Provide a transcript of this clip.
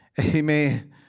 Amen